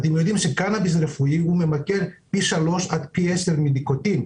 אז קנאביס רפואי ממכר פי שלוש עד פי 10 מניקוטין,